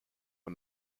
for